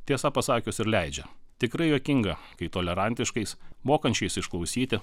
tiesa pasakius ir leidžia tikrai juokinga kai tolerantiškais mokančiais išklausyti